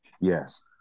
yes